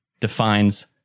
defines